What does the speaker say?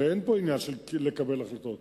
הרי אין פה עניין של קבלת החלטות.